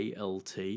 ALT